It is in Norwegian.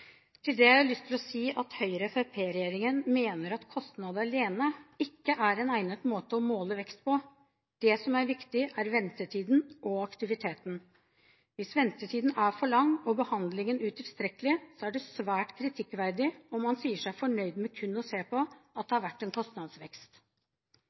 Til det har jeg lyst til å si at Høyre–Fremskrittspartiet-regjeringen mener at kostnad alene ikke er en egnet måte å måle vekst på. Det som er viktig, er ventetiden og aktiviteten. Hvis ventetiden er for lang og behandlingen utilstrekkelige er det svært kritikkverdig om man sier seg fornøyd med kun å se på at det